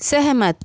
सहमत